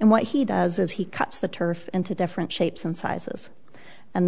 and what he does is he cuts the turf into different shapes and sizes and